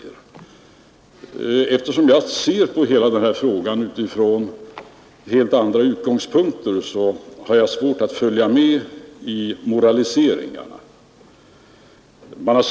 Eftersom jag ser på hela denna fråga utifrån helt andra utgångspunkter, har jag svårt att följa med i moraliseringarna.